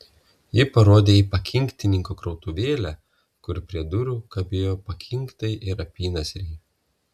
ji parodė į pakinktininko krautuvėlę kur prie durų kabėjo pakinktai ir apynasriai